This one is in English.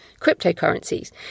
cryptocurrencies